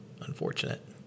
unfortunate